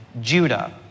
Judah